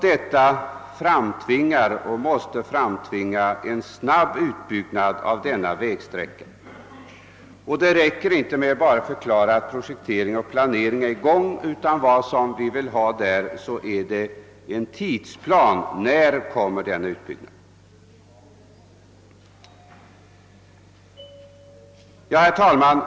Detta måste framtvinga en snabb utbyggnad av vägsträckan i fråga. Det räcker inte med att bara förklara att projektering och planering pågår, utan vi måste få en tidsplan för utbyggnaden. Herr talman!